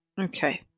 Okay